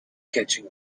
catching